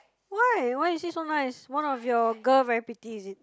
why why you sit so nice one of your girl very pretty is it